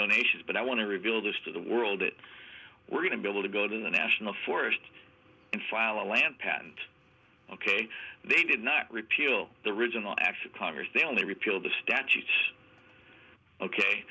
donations but i want to reveal this to the world that we're going to be able to go to the national forest and file a land patent ok they did not repeal the original acts of congress they only repealed the statutes ok